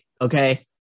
okay